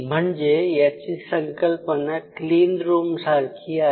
म्हणजे याची संकल्पना क्लीन रूम सारखी आहे